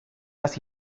las